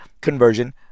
conversion